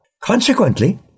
Consequently